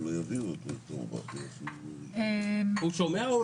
הוא שומע?